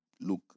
look